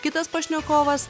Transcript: kitas pašnekovas